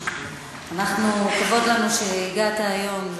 כבוד לנו שהגעת היום.